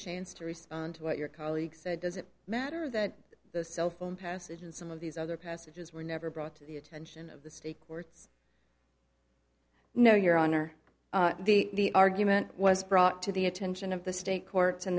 chance to respond to what your colleague said does it matter that the cell phone passage and some of these other passages were never brought to the attention of the state courts no your honor the argument was brought to the attention of the state courts